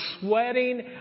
sweating